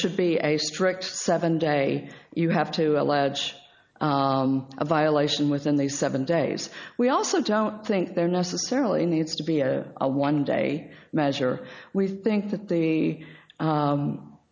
should be a strict seven day you have to allege a violation within they seven days we also don't think there necessarily needs to be a one day measure we think that the